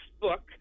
book